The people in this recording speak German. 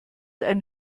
einen